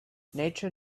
nature